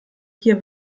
hier